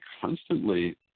constantly